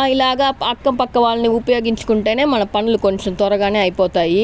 ఆ ఇలాగ అక్క పక్క వాళ్ళని ఉపయోగించుకుంటేనే మన పనులు కొంచెం త్వరగానే అయిపోతాయి